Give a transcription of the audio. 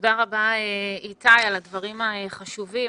תודה רבה, איתי, על הדברים החשובים.